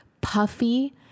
puffy